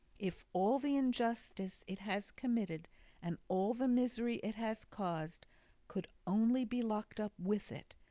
if all the injustice it has committed and all the misery it has caused could only be locked up with it,